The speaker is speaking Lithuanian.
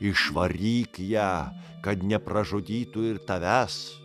išvaryk ją kad nepražudytų ir tavęs